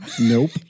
nope